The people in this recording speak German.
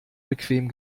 bequem